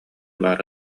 баара